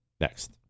Next